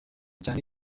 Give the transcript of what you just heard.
cyane